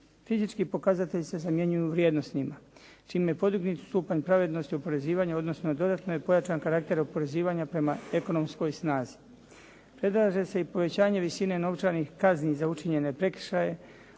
Fizički pokazatelji se zamjenjuju vrijednosnima, čime je podignut stupanj pravednosti oporezivanja, odnosno dodatno je pojačan karakter oporezivanja prema ekonomskoj snazi. Predlaže se i povećanje visine novčanih kazni za učinjene prekršaje,